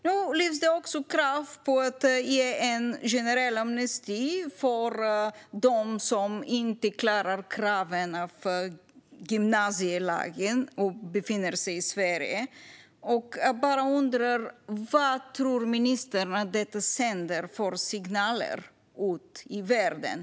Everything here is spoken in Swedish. Nu kommer också krav på en generell amnesti för dem som inte klarar kraven för gymnasielagen och befinner sig i Sverige. Jag bara undrar: Vad tror ministern att detta sänder för signaler ut i världen?